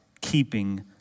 keeping